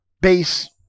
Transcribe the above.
base